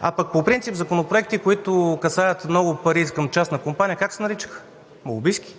а пък по принцип законопроекти, които касаят много пари към частна компания, как се наричаха? Лобистки